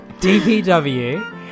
DPW